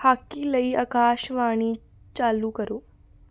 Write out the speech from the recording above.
hockey ਲਈ ਅਕਾਸ਼ਵਾਣੀ ਚਾਲੂ ਕਰੋ